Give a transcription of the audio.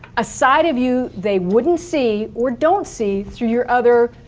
a side of you they wouldn't see or don't see, through your other,